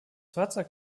fahrzeug